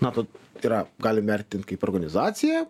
matot yra galim vertint kaip organizacija